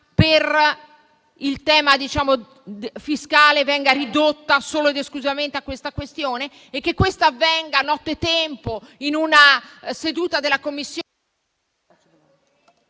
in tema fiscale venga ridotta solo ed esclusivamente a questa questione? E che questo avvenga nottetempo, in una seduta della Commissione,